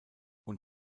und